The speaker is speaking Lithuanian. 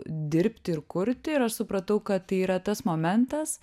dirbti ir kurti ir aš supratau kad tai yra tas momentas